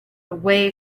away